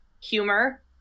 humor